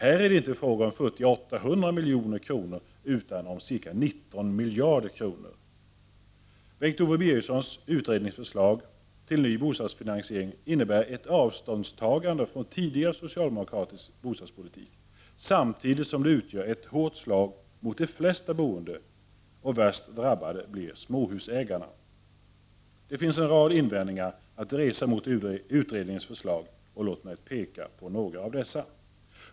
Här är det inte frågan om futtiga 800 milj.kr., utan om ca 19 miljarder kronor. Bengt-Owe Birgerssons utredningsförslag till ny bostadsfinansiering innebär ett avståndstagande från tidigare socialdemokratisk bostadspolitik, samtidigt som det utgör ett hårt slag mot de flesta boende. Värst drabbade blir småhusägarna. Det finns en rad invändningar att resa mot utredningsförslaget. Låt mig peka på några av dem.